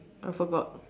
I forgot